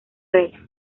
rey